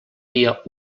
dia